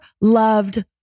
loved